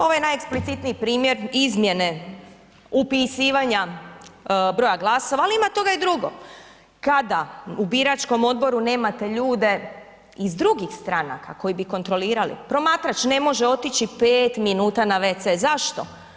Ovo je najeksplicitniji primjer izmjene upisivanja glasova ali ima toga i drugo, kada u biračkom odboru nemate ljude iz drugih stranaka koji bi kontrolirali, promatrač ne može otići 5 minuta na wc, zašto?